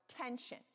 tension